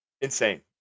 Insane